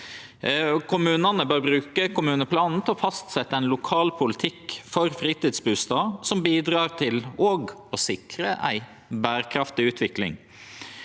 Kommunane bør bruke kommuneplanen til å fastsetje ein lokal politikk for fritidsbustader som bidrar til å sikre ei berekraftig utvikling.